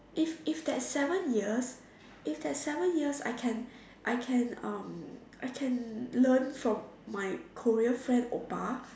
if if that seven years if that seven years I can I can um I can learn from my Korean friend oppa